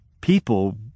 People